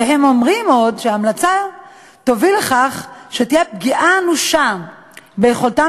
ועוד הם אומרים שההמלצה תוביל לפגיעה אנושה ביכולתם